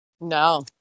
No